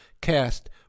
cast